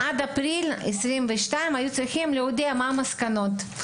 עד אפריל 22' היו צריכים להודיע מה המסקנות.